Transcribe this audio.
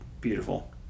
Beautiful